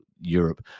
Europe